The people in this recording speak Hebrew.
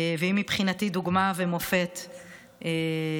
והיא מבחינתי דוגמה ומופת לאישה,